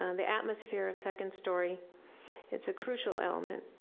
um the atmosphere of second story is a crucial element